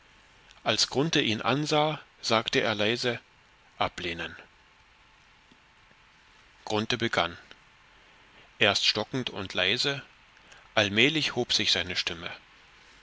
als grunthe ihn ansah sagte er leise ablehnen grunthe begann erst stockend und leise allmählich hob sich seine stimme